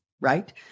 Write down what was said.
right